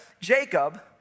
Jacob